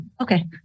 Okay